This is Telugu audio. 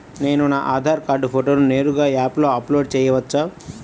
నేను నా ఆధార్ కార్డ్ ఫోటోను నేరుగా యాప్లో అప్లోడ్ చేయవచ్చా?